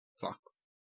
Fox